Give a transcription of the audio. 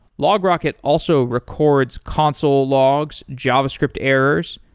logrocket also records console logs, javascript errors,